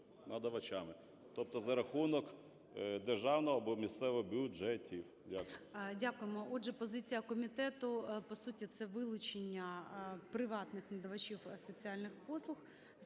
надавачами, тобто за рахунок державного або місцевого бюджетів. Дякую.